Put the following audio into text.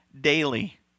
daily